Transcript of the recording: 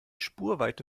spurweite